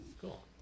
cool